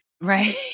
right